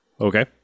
Okay